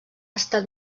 estat